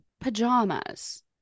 pajamas